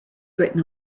written